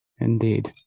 Indeed